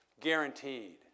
guaranteed